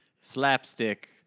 slapstick